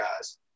guys